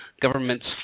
governments